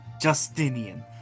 Justinian